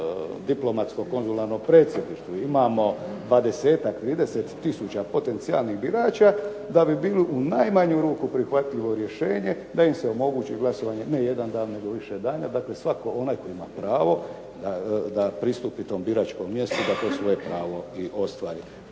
diplomatsko-konzularnom predstavništvu imamo 20, 30 tisuća potencijalnih birača, da bi bilo u najmanju ruku prihvatljivo rješenje da im se omogući glasovanje ne jedan dan nego više dana, dakle svatko onaj tko ima pravo da pristupi tom biračkom mjestu da to svoje pravo i ostvari.